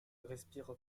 respire